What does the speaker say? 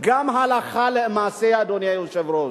גם הלכה למעשה, אדוני היושב-ראש.